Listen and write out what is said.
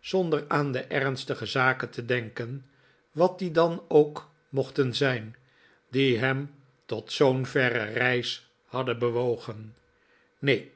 zonder aan de ernstige zaken te denken wat die dan ook mochten zijn die hem tot zoo'n verre reis hadden bewogen neen